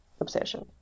obsession